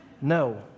No